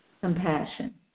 compassion